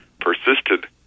persisted